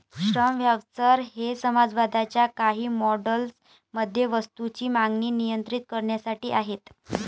श्रम व्हाउचर हे समाजवादाच्या काही मॉडेल्स मध्ये वस्तूंची मागणी नियंत्रित करण्यासाठी आहेत